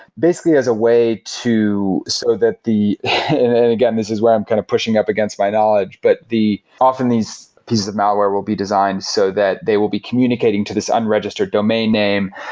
basically as a way to so that the again, this is where i'm kind of pushing up against my knowledge, but often these pieces of malware will be designed so that they will be communicating to this unregistered domain name.